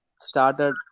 started